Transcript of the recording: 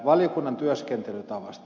valiokunnan työskentelytavasta